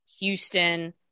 Houston